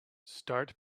start